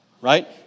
right